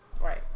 Right